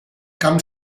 camp